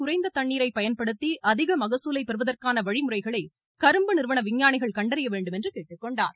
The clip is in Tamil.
குறைந்த தண்ணீரை பயன்படுத்தி அதிக மகசூலை பெறுவதற்கான வழிமுறைகளை கரும்பு நிறுவன விஞ்ஞானிகள் கண்டறிய வேண்டும் என்று கேட்டுக்கொண்டார்